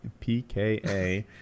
PKA